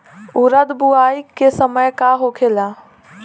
उरद बुआई के समय का होखेला?